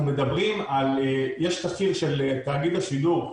כי יש תחקיר של תאגיד השידור,